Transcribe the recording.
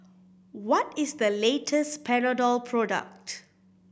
what is the latest Panadol product